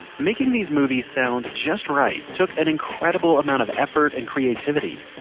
making these movies sound just right took an incredible amount of effort and creativity.